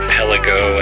Pelago